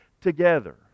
together